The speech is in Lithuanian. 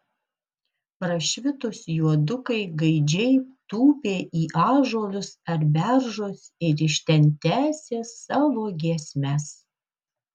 prašvitus juodukai gaidžiai tūpė į ąžuolus ar beržus ir iš ten tęsė savo giesmes